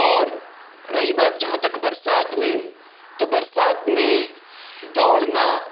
اور رہی بات جہاں تک برسات میں تو برسات میں دوڑنا